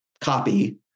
copy